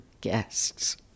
guests